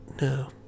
No